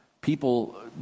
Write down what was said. People